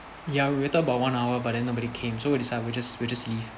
ya we waited about one hour but then nobody came so we decide we just we just leave